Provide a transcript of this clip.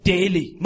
Daily